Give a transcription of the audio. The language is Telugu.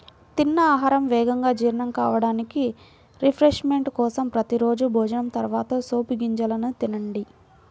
తిన్న ఆహారం వేగంగా జీర్ణం కావడానికి, రిఫ్రెష్మెంట్ కోసం ప్రతి రోజూ భోజనం తర్వాత సోపు గింజలను తినండి